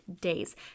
days